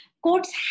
Courts